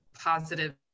positive